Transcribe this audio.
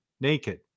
naked